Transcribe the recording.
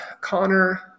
Connor